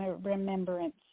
remembrance